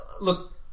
look